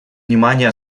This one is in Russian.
внимание